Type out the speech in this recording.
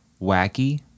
wacky